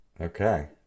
Okay